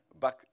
back